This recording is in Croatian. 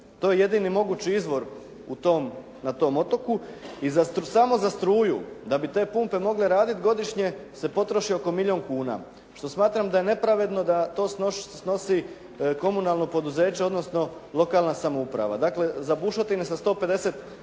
to je jedini mogući izvor na tom otoku. I samo za struju da bi te pumpe mogle raditi godišnje se potroši oko milijun kuna, što smatram da je nepravedno da to snosi komunalno poduzeće odnosno lokalna samouprava. Dakle, za bušotine sa 150